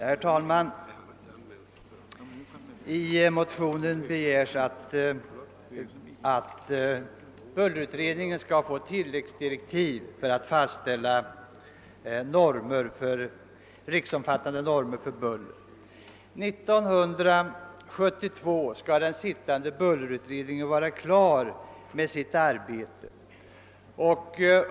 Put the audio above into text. Herr talman! I motionen begärs att bullerutredningen skall få tilläggsdirektiv om att fastställa riktnormer för buller. Den sittande bullerutredningen skail 1972 vara klar med sitt arbete.